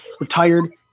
retired